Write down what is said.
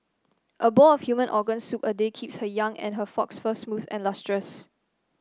a bowl of human organ soup a day keeps her young and her fox fur smooth and lustrous